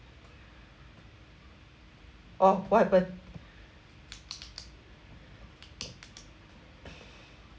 oh what happened